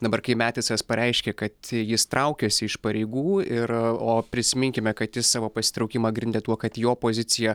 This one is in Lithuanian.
dabar kai metisas pareiškė kad jis traukiasi iš pareigų ir o prisiminkime kad jis savo pasitraukimą grindė tuo kad jo pozicija